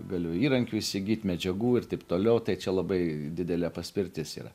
galiu įrankių įsigyt medžiagų ir taip toliau tai čia labai didelė paspirtis yra